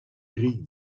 éric